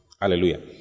Hallelujah